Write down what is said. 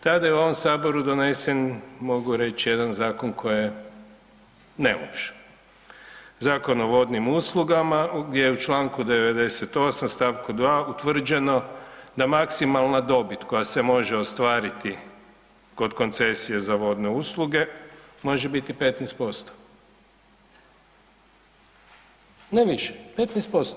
Tada je u ovom Saboru donesen mogu reći jedan zakon koji je …, Zakon o vodnim uslugama gdje u čl. 98. st. 2. utvrđeno da maksimalna dobit koja se može ostvariti kod koncesije za vodne usluge može biti 15%, ne više, 15%